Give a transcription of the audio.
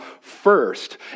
first